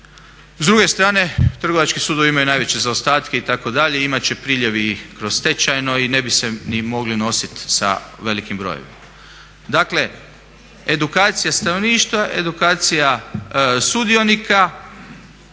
S druge strane Trgovački sudovi imaju najveće zaostatke itd. Imat će priljev i kroz stečajno i ne bi se ni mogli nositi sa velikim brojevima. Dakle, edukacija stanovništva, edukacija sudionika